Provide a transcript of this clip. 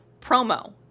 promo